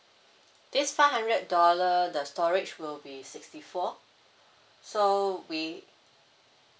this five hundred dollar the storage will be sixty four so we